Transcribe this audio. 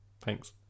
Thanks